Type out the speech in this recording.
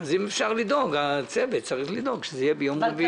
אז הצוות צריך לדאוג שזה יהיה ביום רביעי.